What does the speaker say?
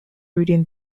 reading